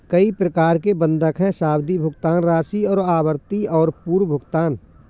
कई प्रकार के बंधक हैं, सावधि, भुगतान राशि और आवृत्ति और पूर्व भुगतान